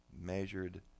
measured